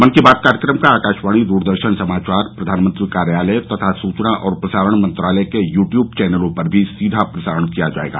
मन की बात कार्यक्रम का आकाशवाणी दूरदर्शन समाचार प्रधानमंत्री कार्यालय तथा सूचना और प्रसारण मंत्रालय के युट्यूब चैनलों पर भी सीधा प्रसारण किया जायेगा